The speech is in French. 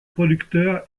producteur